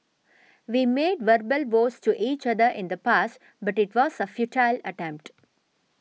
we made verbal vows to each other in the past but it was a futile attempt